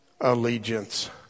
allegiance